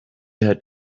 had